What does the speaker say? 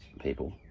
people